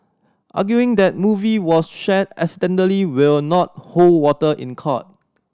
arguing that movie was shared accidentally will not hold water in court